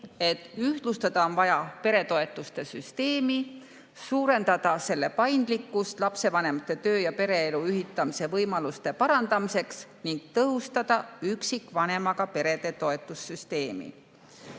et ühtlustada on vaja peretoetuste süsteemi, suurendada selle paindlikkust lapsevanemate töö‑ ja pereelu ühitamise võimaluste parandamiseks ning tõhustada üksikvanemaga perede toetussüsteemi.